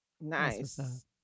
Nice